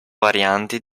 varianti